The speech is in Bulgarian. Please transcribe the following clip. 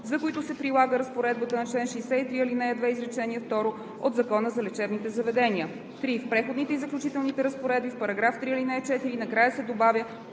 за които се прилага разпоредбата на чл. 63, ал. 2, изречение второ от Закона за лечебните заведения“. 3. В преходните и заключителните разпоредби, в § 3, ал. 4 накрая се добавя